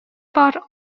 бар